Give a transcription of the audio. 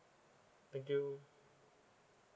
thank you